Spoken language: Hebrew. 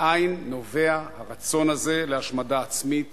מאין נובע הרצון הזה להשמדה עצמית